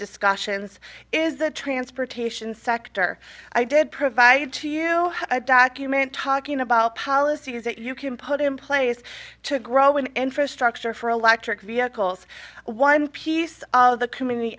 discussions is the transportation sector i did provide to you a document talking about policies that you can put in place to grow an infrastructure for electric vehicles one piece of the community